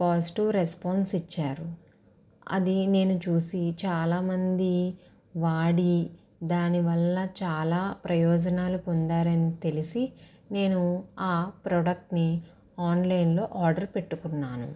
positive response ఇచ్చారు అది నేను చూసి చాలా మంది వాడి దాని వల్ల చాలా ప్రయోజనాలు పొందారని తెలిసి నేను ఆ ప్రోడక్ట్ ని ఆన్లైన్లో ఆర్డర్ పెట్టుకున్నాను